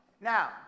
Now